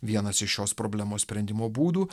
vienas iš šios problemos sprendimo būdų